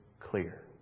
clear